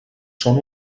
són